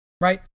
Right